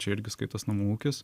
čia irgi skaitos namų ūkis